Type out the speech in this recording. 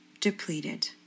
depleted